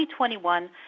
2021